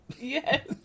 yes